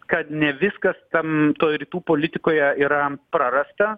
kad ne viskas ten toj rytų politikoje yra prarasta